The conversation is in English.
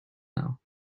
know